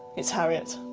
it's harriet.